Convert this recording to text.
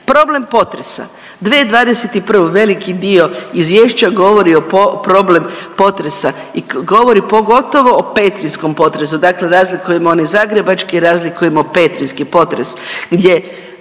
problem potresa 2021., veliki dio izvješća govori o problem potresa i govori pogotovo o petrinjskom potresu. Dakle razlikujemo onaj zagrebački, razlikujemo petrinjski potres